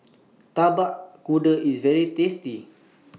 Tapak Kuda IS very tasty